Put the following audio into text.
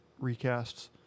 recasts